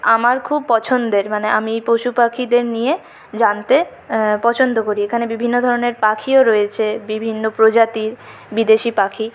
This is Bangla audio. আমার খুব পছন্দের মানে আমি পশু পাখিদের নিয়ে জানতে পছন্দ করি এখানে বিভিন্ন ধরনের পাখিও রয়েছে বিভিন্ন প্রজাতির বিদেশি পাখি